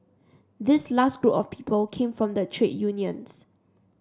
this last group of people came from the trade unions